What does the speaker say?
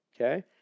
okay